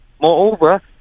moreover